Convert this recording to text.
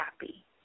happy